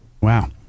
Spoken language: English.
Wow